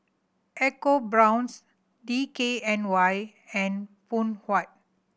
EcoBrown's D K N Y and Phoon Huat